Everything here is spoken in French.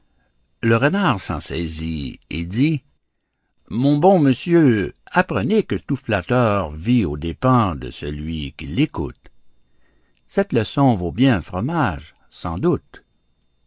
le renard s'en saisit et dit mon bon monsieur apprenez que tout flatteur vit aux dépens de celui qui l'écoute cette leçon vaut bien un fromage sans doute